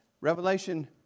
revelation